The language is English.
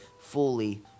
fully